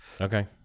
okay